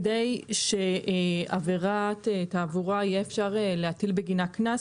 כדי שעבירת תעבורה יהיה אפשר להטיל בגינה קנס,